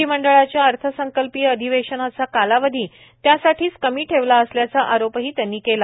विधीमंडळाच्या अर्थसंकल्पीय अधिवेशनाचा कालावधी त्यासाठीच कमी ठेवला असल्याचा आरोपही त्यांनी केला